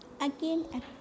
again